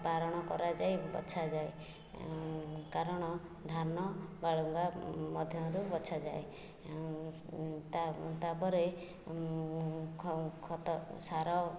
ବାରଣ କରାଯାଇ ବଛାଯାଏ କାରଣ ଧାନ ବାଳୁଙ୍ଗା ମଧ୍ୟରୁ ବଛା ଯାଏ ତାପରେ ଖତ ସାର